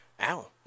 Ow